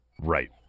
Right